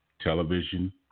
television